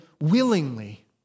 willingly